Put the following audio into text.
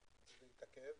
התעכב.